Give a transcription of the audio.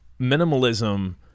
minimalism